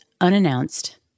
unannounced